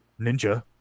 Ninja